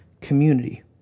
community